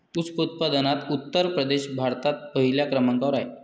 ऊस उत्पादनात उत्तर प्रदेश भारतात पहिल्या क्रमांकावर आहे